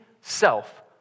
self